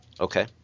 Okay